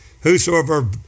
whosoever